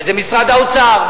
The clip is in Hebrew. וזה משרד האוצר,